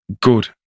Good